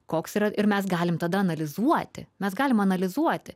koks yra ir mes galim tada analizuoti mes galim analizuoti